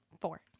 four